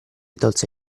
tolse